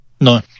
No